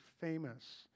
famous